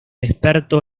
experto